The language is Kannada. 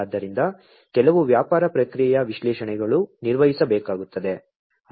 ಆದ್ದರಿಂದ ಕೆಲವು ವ್ಯಾಪಾರ ಪ್ರಕ್ರಿಯೆ ವಿಶ್ಲೇಷಣೆಗಳನ್ನು ನಿರ್ವಹಿಸಬೇಕಾಗುತ್ತದೆ